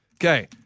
okay